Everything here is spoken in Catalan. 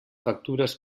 factures